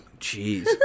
Jeez